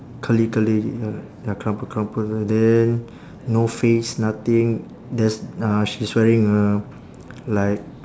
curly curly ya crumple crumple then no face nothing there's uh she's wearing a like